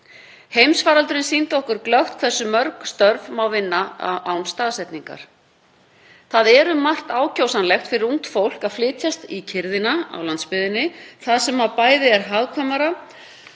Heimsfaraldurinn sýndi okkur glöggt hversu mörg störf má vinna án staðsetningar. Það er um margt ákjósanlegt fyrir ungt fólk að flytjast í kyrrðina á landsbyggðinni, þar sem bæði er hagkvæmara